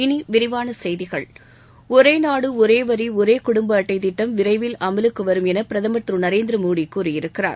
இனி விரிவான செய்திகள் ஒரே நாடு ஒரே வரி ஒரே குடும்ப அட்டை திட்டம் விரைவில் அமலுக்கு வரும் எள பிரதம் திரு நரேந்திர மோடி கூறியிருக்கிறார்